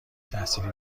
تحصیلی